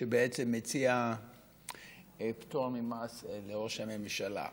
שמציע פטור ממס לראש הממשלה.